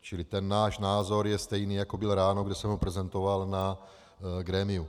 Čili ten náš názor je stejný, jako byl ráno, kdy jsem ho prezentoval na grémiu.